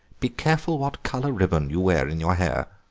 be careful what colour ribbon you wear in your hair